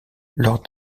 lors